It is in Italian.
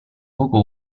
poco